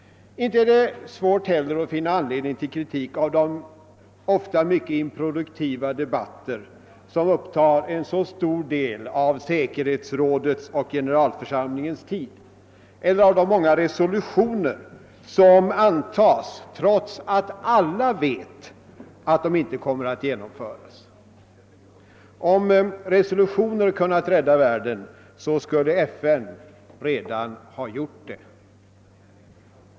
Inte heller är det svårt att finna anledning till kritik av de ofta mycket improduktiva debatter, som upptar en så stor del av säkerhetsrådets och generalförsamlingens tid, eller av de många resolutioner som antas, trots att alla vet att de inte kommer att genomföras. Om resolutioner kunnat rädda «världen, skulle FN redan ha gjort det.